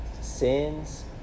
sins